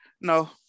No